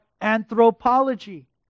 anthropology